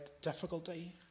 difficulty